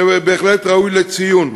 וזה בהחלט ראוי לציון.